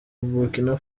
burkina